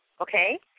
okay